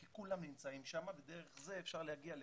כי כולם נמצאים שם ודרך זה אפשר להגיע לכולם.